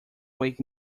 wake